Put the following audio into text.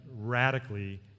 radically